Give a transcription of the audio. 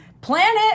planet